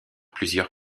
plusieurs